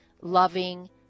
loving